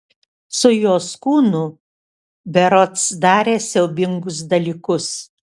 su jos kūnu berods darė siaubingus dalykus